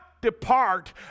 depart